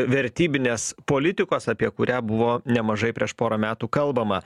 vertybinės politikos apie kurią buvo nemažai prieš porą metų kalbama